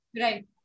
Right